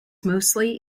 mostly